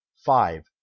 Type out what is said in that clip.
five